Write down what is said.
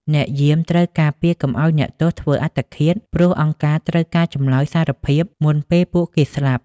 អ្នកយាមត្រូវការពារកុំឱ្យអ្នកទោសធ្វើអត្តឃាត ព្រោះអង្គការត្រូវការចម្លើយសារភាពមុនពេលពួកគេស្លាប់។